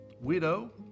widow